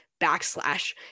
backslash